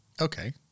Okay